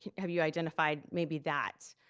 have you identified maybe that?